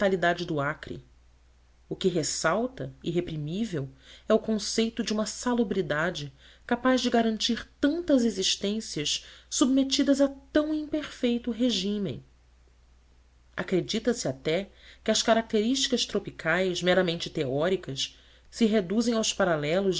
do acre o que ressalta irreprimível é o conceito de uma salubridade capaz de garantir tantas existências submetidas a tão imperfeito regime acredita se até que as características tropicais meramente teóricas se reduzem aos paralelos